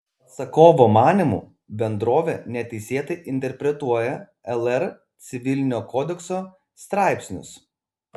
atsakovo manymu bendrovė neteisėtai interpretuoja lr civilinio kodekso straipsnius